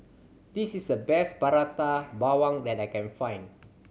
this is the best Prata Bawang that I can find